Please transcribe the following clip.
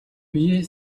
биеэ